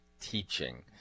teaching